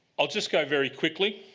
i will just go very quickly.